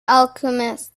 alchemists